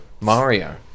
Mario